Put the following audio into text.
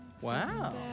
Wow